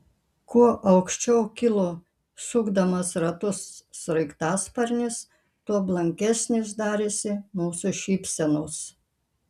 kuo aukščiau kilo sukdamas ratus sraigtasparnis tuo blankesnės darėsi mūsų šypsenos